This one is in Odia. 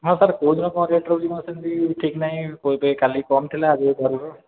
ହଁ ସାର୍ କେଉଁ ଦିନ କ'ଣ ରେଟ୍ ରହୁଛି କ'ଣ ସେମିତି ଠିକ୍ ନାହିଁ କାଲି କମ୍ ଥିଲା ଆଜି